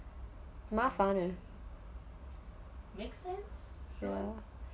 麻烦 eh